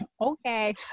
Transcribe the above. Okay